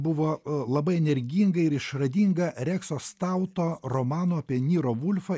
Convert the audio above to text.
buvo labai energinga ir išradinga rekso stauto romano apie niro vulfą